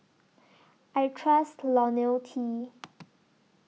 I Trust Lonil T